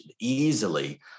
easily